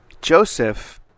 Joseph